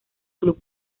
club